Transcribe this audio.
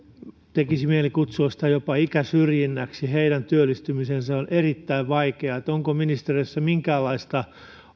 tekisi mieli kutsua sitä jopa ikäsyrjinnäksi että heidän työllistymisensä on erittäin vaikeaa onko ministeriössä minkäänlaista